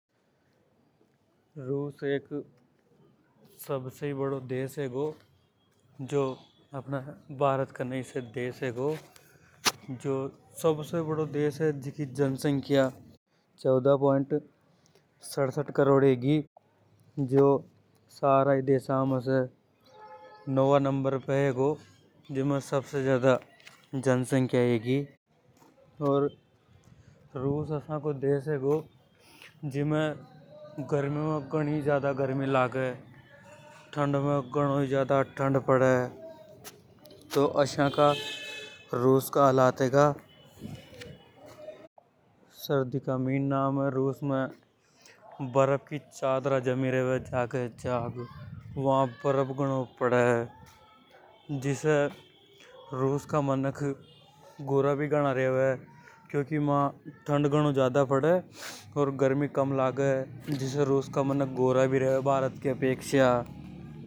रूस एक सबसे बड़ों देश हेगो जो अफणे भारत के नई से देश हेगो जो सबसे बड़ों देश हे जीकी जनसंख्या करोड़ हे जो सारा देशा में नोवा। नंबर पे हेगो जीमे सबसे ज्यादा जनसंख्या होगी और रूस असा को देश हेगो जीमे गर्मी में घणी ज्यादा गर्मी लागे ठंड में घणों ज्यादा ठंड पड़े। तो असा का रूस का हालत हेगा सर्दी का मीना में रूस में बर्फ की चद्दरा जमी रेवे जगे जाग वा बर्फ घणों पड़े जिसे रूस का मनक गोरा भी घणा रेवे क्योंकि वा ठंड घणों पड़े अर गर्मी कम लागे जिसे रूस का मनक गोरा भी रेवे भारत की अपेक्षा।